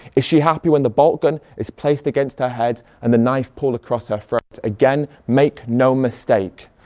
is she happy when the bolt gun is placed against her head and the knife pull across her throat? again make no mistake,